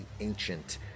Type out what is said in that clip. ancient